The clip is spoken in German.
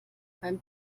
beim